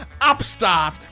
upstart